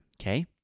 Okay